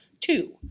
Two